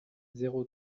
zéro